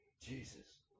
Jesus